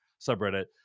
subreddit